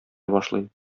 башлый